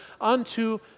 unto